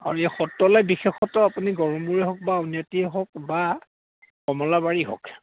আৰু এই সত্ৰলে বিশেষতঃ আপুনি গড়মূৰ হওক বা আউনীআটি হওক বা কমলাবাৰী হওক